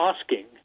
asking